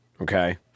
okay